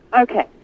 Okay